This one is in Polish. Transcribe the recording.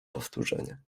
powtórzenie